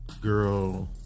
girl